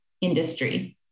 industry